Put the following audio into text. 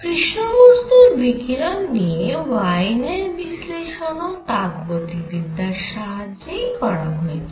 কৃষ্ণ বস্তুর বিকিরণ নিয়ে ওয়েইনের বিশ্লেষণও তাপগতিবিদ্যার সাহায্যেই করা হয়েছিল